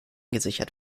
gesichert